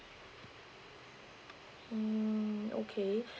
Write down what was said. mm okay